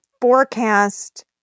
forecast